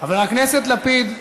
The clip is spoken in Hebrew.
חבר הכנסת לפיד.